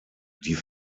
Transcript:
die